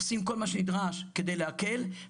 עושים כל מה שנדרש כדי להקל,